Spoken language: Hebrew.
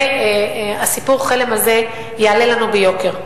וסיפור חלם הזה יעלה לנו ביוקר.